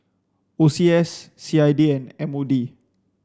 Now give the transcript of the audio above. O C S C I D and M O D